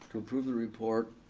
to approve the report